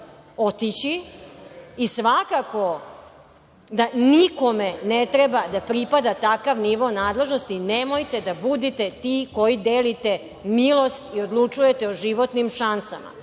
otići i svakako da nikome ne treba da pripada takav nivo nadležnosti. Nemojte da budete ti koji delite milost i odlučujete o životnim šansama.